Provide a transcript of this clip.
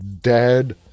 dead